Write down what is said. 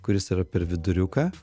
kuris yra per viduriuką